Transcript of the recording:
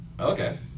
Okay